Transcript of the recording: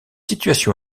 situation